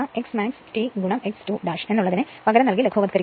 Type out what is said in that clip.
x max T x 2 എന്ന് ഉള്ളതിനെ പകരം നൽകി ലഘുവത്കരിക്കുക